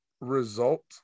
result